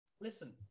listen